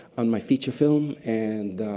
on my feature film. and